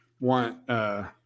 want